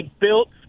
built